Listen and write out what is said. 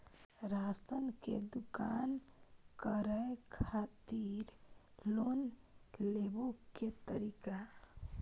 Ration के दुकान करै खातिर लोन लेबै के तरीका?